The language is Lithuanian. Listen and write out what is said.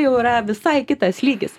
jau yra visai kitas lygis